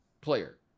player